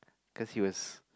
cause he was